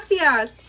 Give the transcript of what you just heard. ¡Gracias